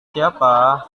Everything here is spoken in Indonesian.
siapa